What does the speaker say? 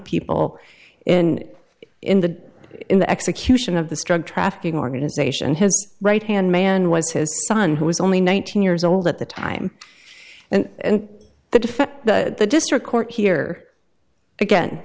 people in in the in the execution of the strug trafficking organization has right hand man was his son who is only nineteen years old at the time and the defense the district court here again